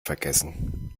vergessen